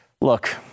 look